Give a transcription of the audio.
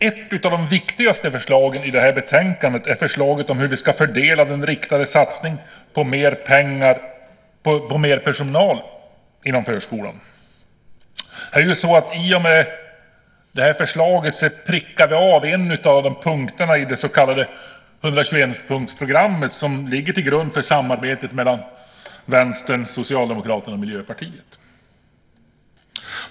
Ett av de viktigaste förslagen i betänkandet är förslaget om hur vi ska fördela den riktade satsningen på mer personal inom förskolan. I och med det förslaget prickar vi av en av punkterna i det så kallade 121-punktsprogrammet som ligger till grund för samarbetet mellan Vänstern, Socialdemokraterna och Miljöpartiet.